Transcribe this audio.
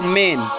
men